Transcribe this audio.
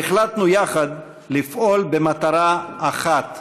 והחלטנו יחד לפעול במטרה אחת: